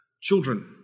children